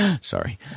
sorry